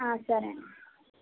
సరే అమ్మ